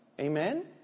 Amen